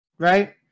right